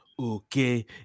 Okay